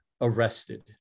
arrested